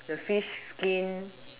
the fish skin